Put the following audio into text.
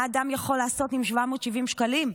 מה אדם יכול לעשות עם 770 שקלים?